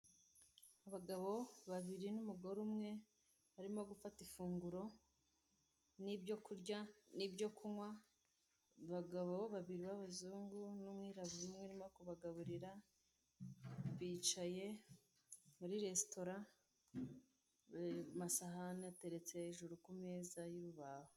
Abagabo babiri n'umugore umwe barimo gufata ifunguro, n'ibyo kurya n'ibyo kunywa, abagabo babiri b'abazungu n'umwirabura umwe, urimo kubagaburira bicaye muri resitora amasahani ateretse hejuru ku meza y'urubaho.